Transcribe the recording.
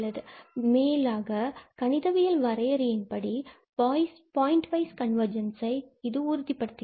மற்றும் இது மேலாக கணிதவியல் வரையறையின் படி பாயிண்ட் வைஸ் கன்வர்ஜென்ஸை உறுதிப்படுத்துகிறது